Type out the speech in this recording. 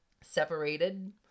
separated